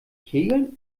kegeln